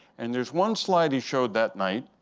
and there's one slide he showed that night,